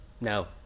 No